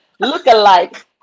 lookalike